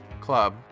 club